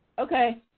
okay.